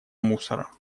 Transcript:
мусора